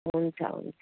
हुन्छ हुन्छ